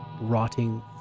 rotting